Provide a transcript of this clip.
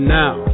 now